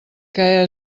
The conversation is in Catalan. que